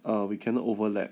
uh we cannot overlap